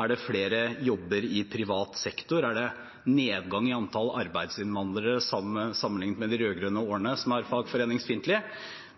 er det flere jobber i privat sektor, er det nedgangen i antall arbeidsinnvandrere sammenlignet med de rød-grønne årene, som er fagforeningsfiendtlige?